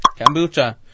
Kombucha